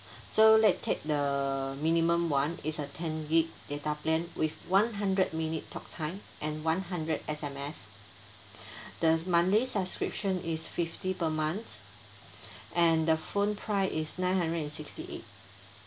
so let's take the minimum one is a ten gig data plan with one hundred minute talk time and one hundred S_M_S there's monthly subscription is fifty per month and the phone price is nine hundred and sixty eight